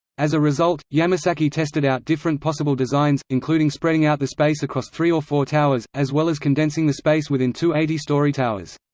as a result, yamasaki tested out different possible designs, including spreading out the space across three or four towers, as well as condensing the space within two eighty story towers.